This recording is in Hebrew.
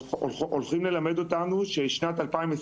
הולכת ללמד אותנו ששנת 2023,